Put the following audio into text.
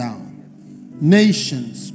nations